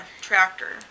tractor